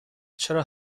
چرا